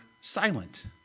silent